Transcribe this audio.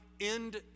end